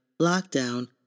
lockdown